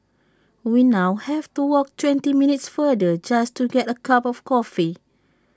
we now have to walk twenty minutes farther just to get A cup of coffee